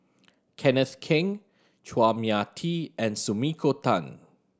Kenneth Keng Chua Mia Tee and Sumiko Tan